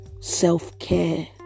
Self-care